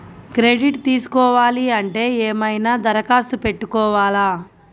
Credit తీసుకోవాలి అంటే ఏమైనా దరఖాస్తు పెట్టుకోవాలా?